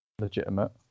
legitimate